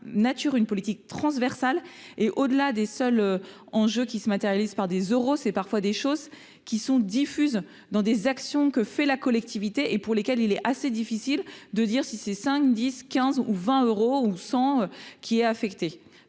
nature une politique transversale et au-delà des seuls enjeux qui se matérialise par des euros, c'est parfois des choses qui sont dans des actions que fait la collectivité et pour lesquels il est assez difficile de dire si ces 5, 10, 15 ou 20 euros ou qui a affecté